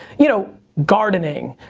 you know, gardening,